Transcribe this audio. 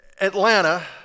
Atlanta